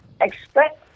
expect